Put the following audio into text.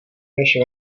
než